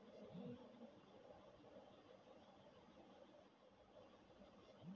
సంపెంగ పూల సువాసన నెల రోజుల వరకు ఉంటదంట, యీ పూలను శివుడికి పూజ చేయడంలో వాడరని చెబుతారు